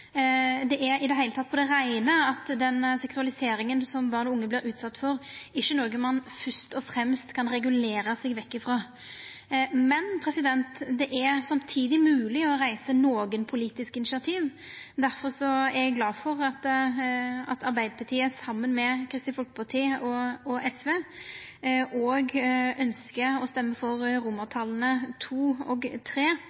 Det er i det heile på det reine at den seksualiseringa barn og unge vert utsette for, ikkje er noko ein først og fremst kan regulera seg vekk ifrå, men det er samtidig mogleg å reisa nokre politiske initiativ. Difor er eg glad for at Arbeidarpartiet saman med Kristeleg Folkeparti og SV ønskjer å stemma for II og III, som handlar om at ein går i dialog med internettleverandørane for å